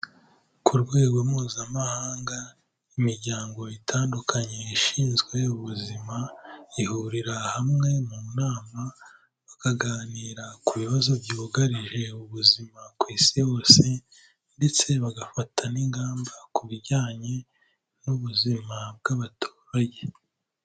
Ku rwego mpuzamahanga n'imiryango itandukanye ishinzwe ubuzima ihurira hamwe mu nama bakaganira ku bibazo byugarije ubuzima ku isi hose ndetse bagafata n'ingamba ku bijyanye n'ubuzima bw'abaturage.